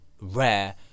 rare